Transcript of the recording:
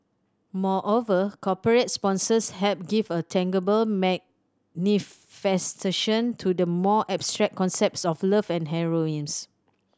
moreover corporate sponsors help give a tangible manifestation to the more abstract concepts of love and